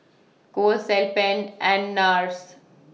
Kose Alpen and Nars